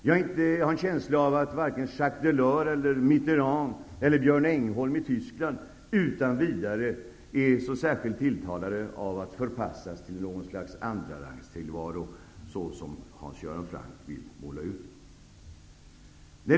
Jag har en känsla av att varken Jacques Delors, Mitterrand eller Björn Engholm i Tyskland är så särskilt tilltalade av att utan vidare förpassas till någon slags andra-rangs-tillvaro, såsom Hans Göran Franck målar ut det.